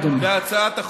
אדוני.